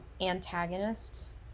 antagonists